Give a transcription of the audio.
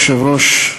אדוני היושב-ראש,